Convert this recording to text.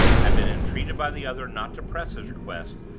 had been entreated by the other not to press his request,